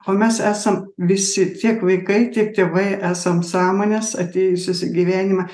o mes esam visi tiek vaikai tiek tėvai esam sąmonės atėjusios į gyvenimą